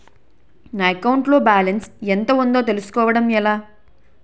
నా అకౌంట్ లో బాలన్స్ ఎంత ఉందో తెలుసుకోవటం ఎలా?